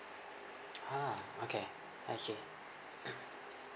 ah okay I see